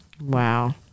Wow